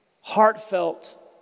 Heartfelt